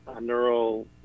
neural